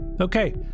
Okay